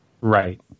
Right